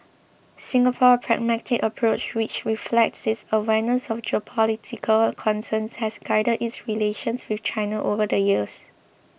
Singapore's pragmatic approach which reflects its awareness of geopolitical concerns has guided its relations with China over the years